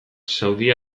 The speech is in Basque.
saudi